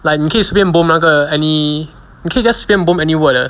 like 你可以随便 bomb 那个 any 你可以 just 随便 bomb any word 的